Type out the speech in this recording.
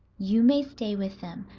you may stay with them.